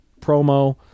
promo